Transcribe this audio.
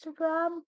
instagram